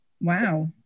Wow